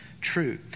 True